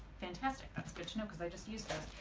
fantastic that's good to know because i just use them